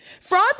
Fraud